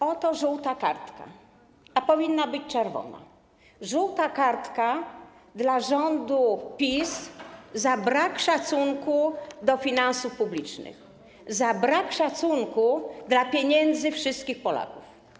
Oto żółta kartka, a powinna być czerwona, żółta kartka dla rządu PiS za brak szacunku dla finansów publicznych, za brak szacunku dla pieniędzy wszystkich Polaków.